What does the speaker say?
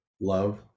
love